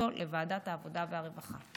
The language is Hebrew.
והעלאתה לוועדת העבודה והרווחה.